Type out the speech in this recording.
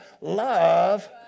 love